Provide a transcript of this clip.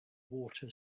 water